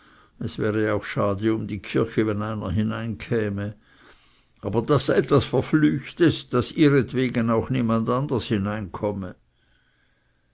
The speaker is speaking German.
es wäre auch schade um die kirche wenn einer hineinkäme aber das sei das verflüchtest daß ihretwegen auch niemand anders hineinkomme